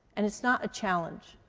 and it's not a challenge.